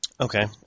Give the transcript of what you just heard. Okay